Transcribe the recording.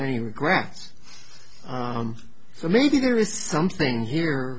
many regrets so maybe there is something here